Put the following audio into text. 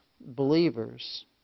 believers